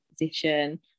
position